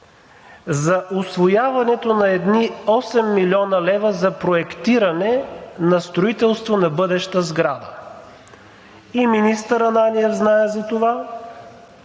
за усвояването на едни 8 млн. лв. за проектиране на строителство на бъдеща сграда. И министър Ананиев знае за това,